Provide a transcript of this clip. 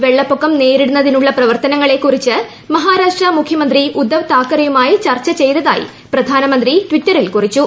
വെള്ളപ്പൊക്കം നേരിടുന്നതിനുള്ള പ്രവർത്തനങ്ങളെക്കുറിച്ച് മഹാരാഷ്ട്ര മുഖ്യമന്ത്രി ഉദ്ധവ് താക്കറെയുമായി ചർച്ച ചെയ്തതായി പ്രധാനമന്ത്രി ട്വിറ്ററിൽ കുറിച്ചു